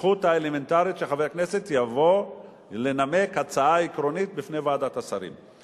הזכות האלמנטרית שחבר הכנסת יבוא לנמק הצעה עקרונית בפני ועדת השרים.